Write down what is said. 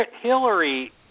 Hillary